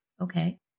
Okay